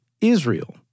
Israel